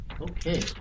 Okay